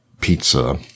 pizza